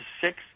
six